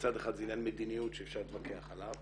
מצד אחד זה עניין מדיניות שאפשר להתווכח עליו